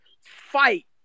fight